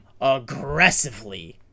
aggressively